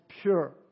pure